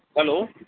hello